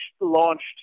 launched